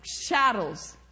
shadows